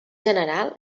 general